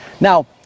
Now